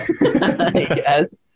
Yes